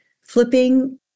Flipping